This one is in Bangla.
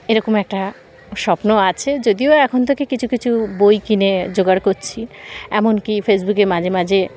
এরকম একটা স্বপ্ন আছে যদিও এখন থেকে কিছু কিছু বই কিনে জোগাড় করছি এমনকি ফেসবুকে মাঝে মাঝে